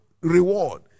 reward